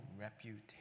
reputation